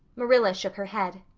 marilla shook her head.